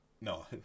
No